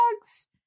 dogs